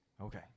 Okay